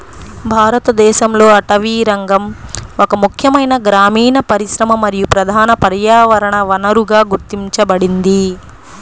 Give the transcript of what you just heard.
భారతదేశంలో అటవీరంగం ఒక ముఖ్యమైన గ్రామీణ పరిశ్రమ మరియు ప్రధాన పర్యావరణ వనరుగా గుర్తించబడింది